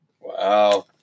Wow